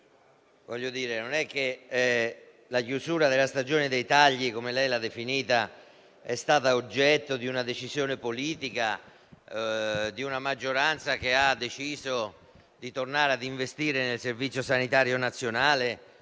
perché la chiusura della stagione dei tagli - come lei l'ha definita - non è stata oggetto di una decisione politica, di una maggioranza che ha deciso di tornare ad investire nel Servizio sanitario nazionale